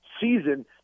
season